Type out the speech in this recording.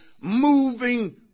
moving